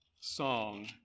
song